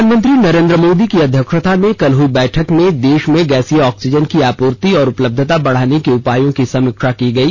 प्रधानमंत्री नरेंद्र मोदी की अध्यक्षता में कल हई बैठक में देश में गैसीय ऑक्सीजन की आपूर्ति और उपलब्यता बढाने के उपायों की समीक्षा की गई